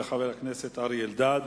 תודה לחבר הכנסת אריה אלדד.